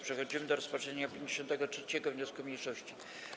Przechodzimy do rozpatrzenia 53. wniosku mniejszości.